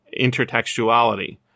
intertextuality